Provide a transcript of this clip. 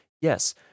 yes